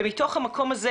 בהקשר הקורונה,